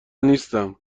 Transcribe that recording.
نیستم